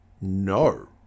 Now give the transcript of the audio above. no